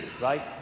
right